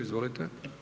Izvolite.